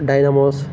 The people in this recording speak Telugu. డైనమోస్